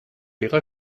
ihrer